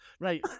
Right